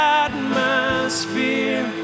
atmosphere